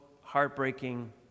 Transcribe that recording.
heartbreaking